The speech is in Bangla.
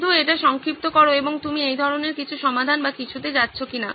শুধু এটি সংক্ষিপ্ত করো এবং তুমি এই ধরনের কিছু সমাধান বা কিছুতে যাচ্ছো কিনা